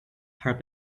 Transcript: her